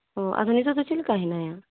ᱚ ᱟᱫᱚ ᱱᱤᱛᱚᱜ ᱫᱚ ᱪᱮᱫᱞᱮᱠᱟ ᱦᱮᱱᱟᱭᱟ